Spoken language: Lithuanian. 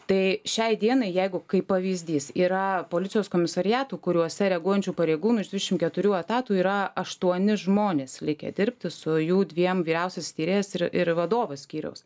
tai šiai dienai jeigu kaip pavyzdys yra policijos komisariatų kuriuose reaguojančių pareigūnų iš dvidešim keturių etatų yra aštuoni žmonės likę dirbti su jų dviem vyriausiais tyrėjais ir ir vadovais skyriaus